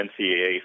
NCAA